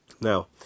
Now